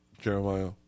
Jeremiah